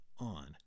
on